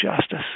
justice